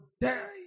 die